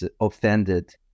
offended